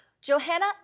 Johanna